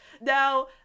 Now